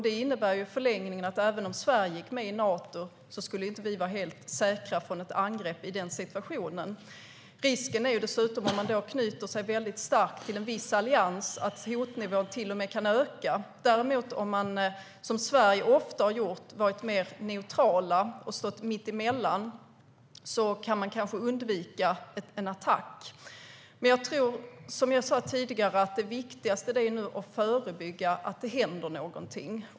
Det innebär i förlängningen att även om Sverige går med i Nato skulle vi inte vara helt säkra från ett angrepp i den situationen. Risken är dessutom att hotbilden kan öka om vi knyter oss starkt till en viss allians. Men om Sverige gör som vi ofta har gjort och är mer neutrala och står mitt emellan kan vi kanske undvika en attack. Som jag sa tidigare är det viktigaste att förebygga att det händer något.